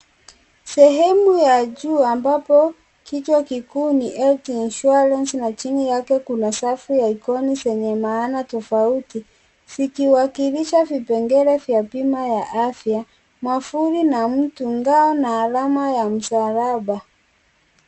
Sehemu ya juu ambapo kichwa kikuu ni health insurance na chini yake kuna safi ya ikoni zenye maana tofauti. Zikiwakilisha vipengele vya bima ya afya, mwavuri na mtu, ngao na alama ya msalaba.